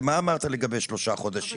מה אמרת לגבי שלושה חודשים?